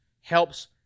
helps